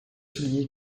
souligner